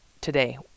today